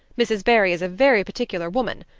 mrs. barry is a very particular woman.